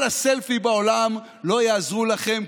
וכל הסלפי בעולם לא יעזרו לכם,